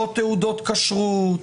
לא תעודות כשרות,